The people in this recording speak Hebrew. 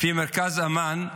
לפי מרכז אמאן,